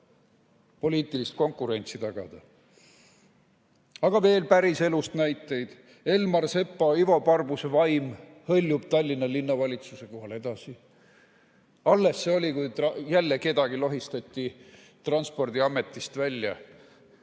poliitilist konkurentsi tagada? Aga veel näiteid päriselust. Elmar Sepa ja Ivo Parbuse vaim hõljub Tallinna Linnavalitsuse kohal edasi. Alles see oli, kui jälle kedagi lohistati transpordiametist välja.